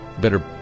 better